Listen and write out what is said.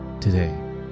today